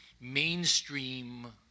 mainstream